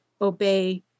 obey